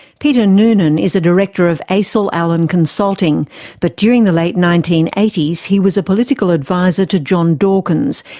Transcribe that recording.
peter noonan is a director of acil allen consulting but during the late nineteen eighty s he was a political advisor to john dawkins,